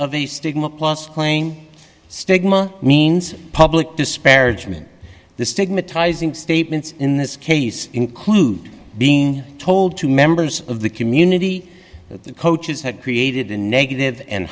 of the stigma plus claim stigma means public disparagement the stigmatizing statements in this case include being told to members of the community the coaches had created a negative and